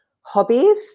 hobbies